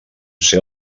ser